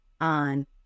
on